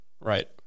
Right